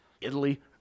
Italy